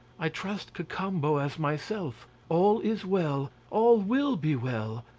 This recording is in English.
i trust cacambo as myself. all is well, all will be well,